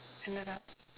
ended up